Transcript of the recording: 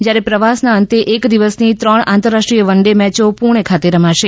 જ્યારે પ્રવાસના અંતે એક દિવસની ત્રણ આંતરરાષ્ટ્રીય વનડે મેચો પૂણે ખાતે રમાશે